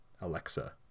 Alexa